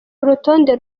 urutonde